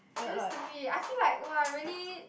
very stupid I feel like !wah! really